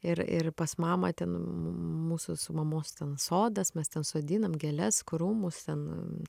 ir ir pas mamą ten mūsų su mamos ten sodas mes ten sodinam gėles krūmus ten